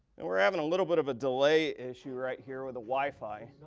and we're having a little bit of a delay issue right here with the wifi.